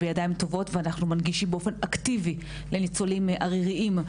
"בידיים טובות" ואנחנו מנגישים באופן אקטיבי לניצולים עריריים.